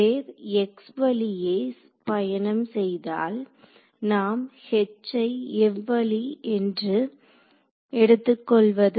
wave x via பயணம் செய்தால் நாம் H ஐ எவ்வழி என்று எடுத்துக்கொள்வது